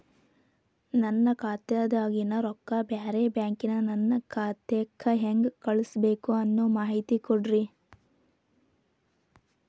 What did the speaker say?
ನನ್ನ ಖಾತಾದಾಗಿನ ರೊಕ್ಕ ಬ್ಯಾರೆ ಬ್ಯಾಂಕಿನ ನನ್ನ ಖಾತೆಕ್ಕ ಹೆಂಗ್ ಕಳಸಬೇಕು ಅನ್ನೋ ಮಾಹಿತಿ ಕೊಡ್ರಿ?